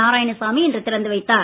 நாராயணசாமி இன்று திறந்து வைத்தார்